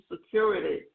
security